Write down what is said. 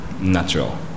natural